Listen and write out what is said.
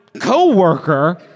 co-worker